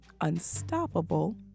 unstoppable